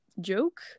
joke